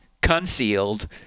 concealed